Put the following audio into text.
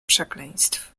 przekleństw